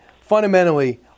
fundamentally